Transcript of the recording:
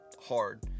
hard